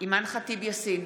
אימאן ח'טיב יאסין,